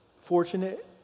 fortunate